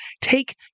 take